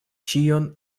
ĉion